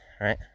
right